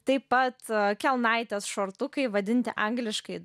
taip pat kelnaitės šortukai vadinti angliškai